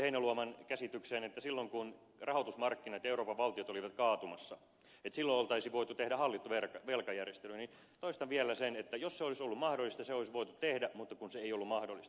heinäluoman käsitykseen että silloin kun rahoitusmarkkinat ja euroopan valtiot olivat kaatumassa että silloin olisi voitu tehdä hallittu velkajärjestely niin toistan vielä sen että jos se olisi ollut mahdollista se olisi voitu tehdä mutta kun se ei ollut mahdollista